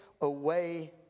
away